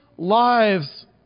lives